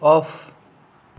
off